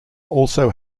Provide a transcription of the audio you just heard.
also